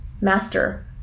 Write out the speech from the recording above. Master